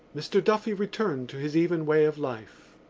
mr. duffy returned to his even way of life.